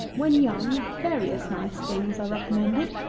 when young, various nice things are recommended.